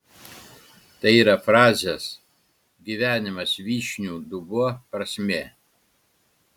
tai yra frazės gyvenimas vyšnių dubuo prasmė